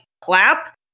clap